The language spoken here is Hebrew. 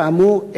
כאמור,